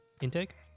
Intake